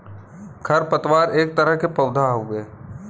खर पतवार एक तरह के पौधा हउवे